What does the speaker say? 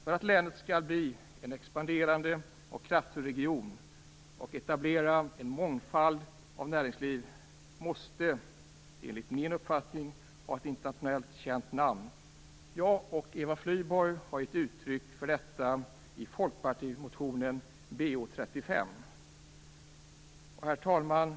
För att länet skall bli en expanderande och kraftfull region och etablera en mångfald av näringsliv måste det enligt min uppfattning ha ett internationellt känt namn. Jag och Eva Flyborg har gett uttryck för detta i Folkpartimotionen Herr talman!